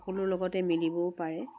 সকলোৰে লগতে মেলিবও পাৰে